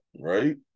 right